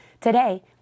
Today